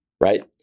right